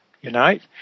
Unite